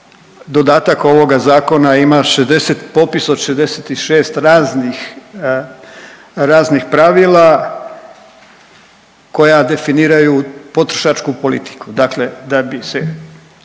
dodatak ovoga zakona ima popis od 66 raznih pravila koja definiraju potrošačku politiku. Dakle, da bi se